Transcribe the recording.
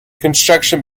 construction